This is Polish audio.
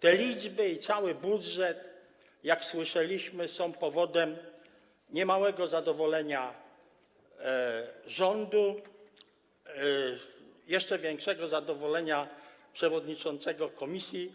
Te liczby i cały budżet, jak słyszeliśmy, są powodem niemałego zadowolenia rządu, jeszcze większego zadowolenia przewodniczącego Komisji